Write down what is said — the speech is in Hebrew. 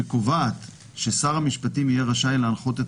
שקובעת ששר המשפטים יהיה רשאי להנחות את